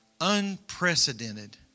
unprecedented